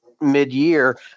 mid-year